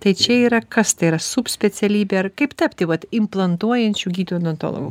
tai čia yra kas tai yra sub specialybė ar kaip tapti vat implantuojančiu gydytoju odontologu